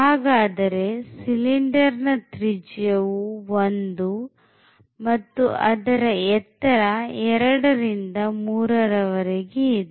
ಹಾಗಾದರೆ ಸಿಲಿಂಡರ್ ನ ತ್ರಿಜ್ಯವು 1 ಮತ್ತು ಅದರ ಎತ್ತರ 2 ರಿಂದ 3 ರ ವರೆಗೆ ಇದೆ